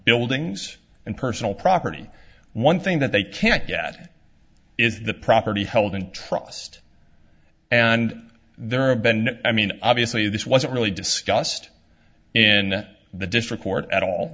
buildings and personal property one thing that they can't get is the property held in trust and there are a bend i mean obviously this wasn't really discussed and the district court at all